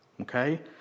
Okay